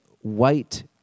white